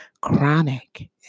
chronic